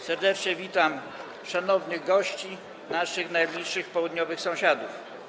Serdecznie witam szanownych gości, naszych najbliższych południowych sąsiadów.